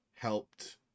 helped